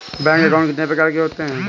Bank account कितने प्रकार के होते हैं?